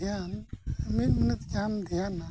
ᱫᱷᱮᱭᱟᱱ ᱢᱤᱫ ᱢᱚᱱᱮᱛᱮ ᱡᱟᱦᱟᱢ ᱫᱷᱮᱭᱟᱱᱟ